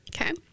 Okay